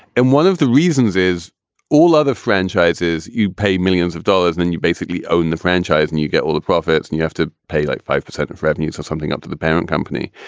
and one of the reasons is all other franchises, you pay millions of dollars and and you basically own the franchise and you get all the profits and you have to pay like five percent of revenues or something up to the parent company.